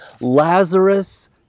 Lazarus